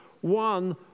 one